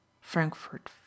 Frankfurt